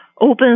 Open